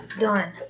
done